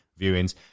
viewings